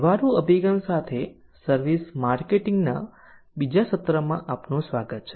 વ્યવહારુ અભિગમ સાથે સર્વિસ માર્કેટિંગ ના બીજા સત્રમાં આપનું સ્વાગત છે